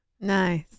Nice